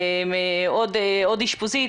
עוד אשפוזית,